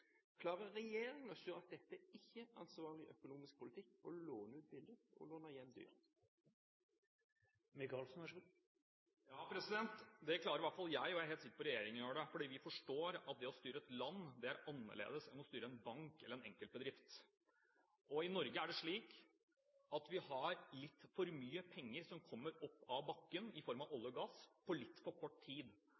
Klarer regjeringen å se at dette ikke er ansvarlig økonomisk politikk, å låne ut billig og låne hjem dyrt? Ja, det klarer i hvert fall jeg, og jeg er helt sikker på at regjeringen gjør det, for vi forstår at det å styre et land er annerledes enn å styre en bank eller en enkeltbedrift. I Norge er det slik at vi har litt for mye penger som kommer opp av bakken i form av olje